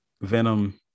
Venom